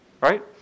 right